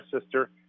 sister